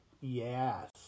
Yes